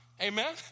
Amen